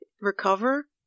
recover